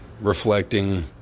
reflecting